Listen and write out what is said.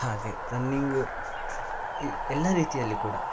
ಹಾಗೆ ರನ್ನಿಂಗ್ ಎಲ್ಲ ರೀತಿಯಲ್ಲಿ ಕೂಡ